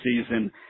season